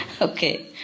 Okay